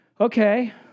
Okay